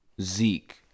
Zeke